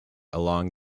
along